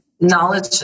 knowledge